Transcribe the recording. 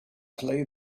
play